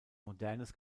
modernes